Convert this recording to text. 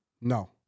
No